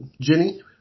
Jenny